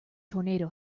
tornado